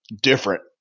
different